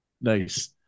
Nice